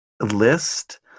list